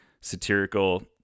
satirical